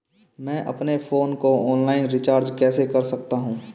मैं अपने फोन को ऑनलाइन रीचार्ज कैसे कर सकता हूं?